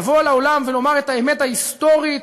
לבוא לעולם ולומר את האמת ההיסטורית